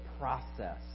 process